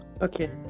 Okay